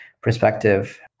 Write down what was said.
perspective